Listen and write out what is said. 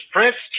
Prince